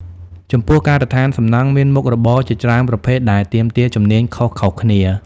ចំពោះការដ្ឋានសំណង់មានមុខរបរជាច្រើនប្រភេទដែលទាមទារជំនាញខុសៗគ្នា។